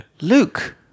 Luke